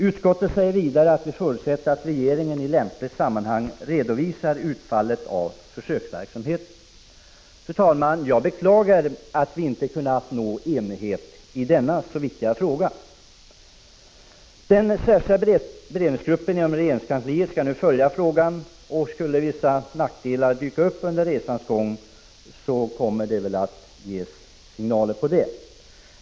Utskottet säger vidare att det förutsätter att regeringen i lämpligt sammanhang redovisar utfallet av försöksverksamheten. Jag beklagar att vi inte kunnat nå enighet i denna så viktiga fråga. Den särskilda beredningsgruppen inom regeringskansliet skall följa frågan. Skulle några nackdelar dyka upp så att säga under resans gång, kommer man väl att ge signaler härom.